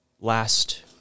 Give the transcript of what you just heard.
last